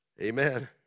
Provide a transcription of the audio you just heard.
Amen